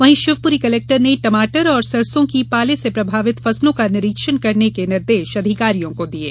वहीं शिवपुरी कलेक्टर ने टमाटर और सरसों की पाले से प्रभावित फसलों का निरीक्षण करने के निर्देश अधिकारियों को दिये